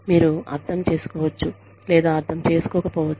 మీరు అర్థం చేసుకోవచ్చు లేదా అర్థం చేసుకోకపోవచ్చు